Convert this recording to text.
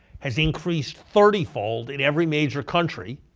has increased thirty fold in every major country.